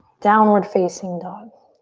downward facing dog.